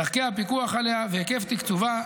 דרכי הפיקוח עליה והיקף תקצובה,